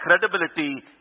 credibility